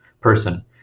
person